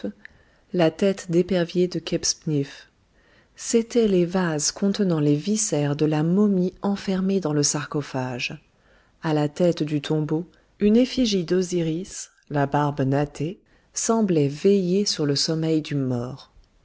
la tête d'épervier de kebsbnif c'étaient les vases contenant les viscères de la momie enfermée dans le sarcophage à la tête du tombeau une effigie d'osiris la barbe nattée semblait veiller sur le sommeil du mort